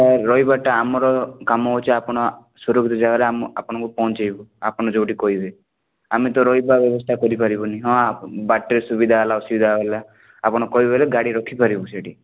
sir ରହିବାଟା ଆମର କାମ ହେଉଛି ଆପଣ ସୁରୁଖୁରୁ ଜାଗାରେ ଆମ ଆପଣଙ୍କୁ ପହଞ୍ଚାଇବୁ ଆପଣ ଯେଉଁଠି କହିବେ ଆମେ ତ ରହିବା ବ୍ୟବସ୍ଥା କରିପାରିବୁନି ହଁ ଆପ ବାଟରେ ସୁବିଧା ହେଲା ଅସୁବିଧା ହେଲା ଆପଣ କହିବେ ହେଲେ ଗାଡ଼ି ରଖି ପାରିବୁ ସେଇଠି